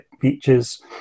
beaches